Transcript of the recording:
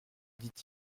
dit